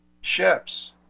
ships